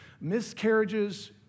miscarriages